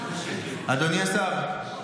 אדוני השר?